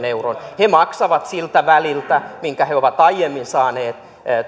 euroon he maksavat siltä väliltä minkä he ovat aiemmin saaneet